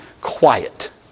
quiet